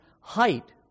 height